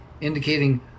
indicating